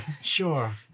Sure